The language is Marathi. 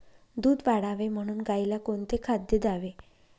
दूध वाढावे म्हणून गाईला कोणते खाद्य द्यावे?